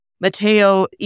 Mateo